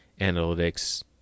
analytics